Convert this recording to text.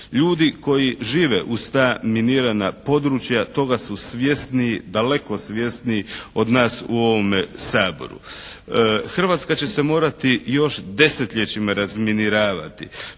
Ljudi koji žive uz ta minirana područja toga su svjesni, daleko svjesniji od nas u ovome Saboru. Hrvatska će se morati još desetljećima razminiravati.